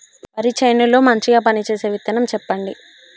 వరి చేను లో మంచిగా పనిచేసే విత్తనం చెప్పండి?